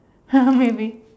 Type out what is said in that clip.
maybe